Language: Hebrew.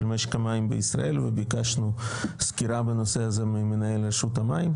משק המים בישראל וביקשנו סקירה בנושא הזה ממנהל רשות המים,